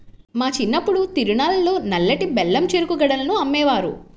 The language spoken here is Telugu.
మా చిన్నప్పుడు తిరునాళ్ళల్లో నల్లటి బెల్లం చెరుకు గడలను అమ్మేవారు